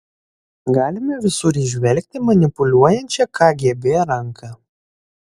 galime visur įžvelgti manipuliuojančią kgb ranką